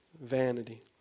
vanity